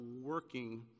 working